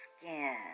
skin